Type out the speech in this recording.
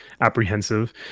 apprehensive